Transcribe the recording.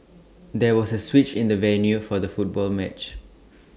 there was A switch in the venue for the football match